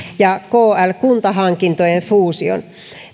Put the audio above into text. ja kl kuntahankintojen fuusion